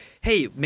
hey